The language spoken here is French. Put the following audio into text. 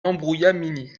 embrouillamini